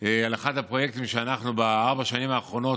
על אחד הפרויקטים שאנחנו מפעילים בארבע השנים האחרונות,